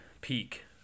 Peak